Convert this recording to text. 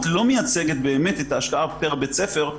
לא מייצגת באמת את ההשקעה פר בית ספר,